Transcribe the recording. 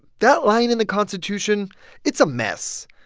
that line in the constitution it's a mess.